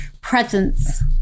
presence